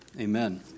Amen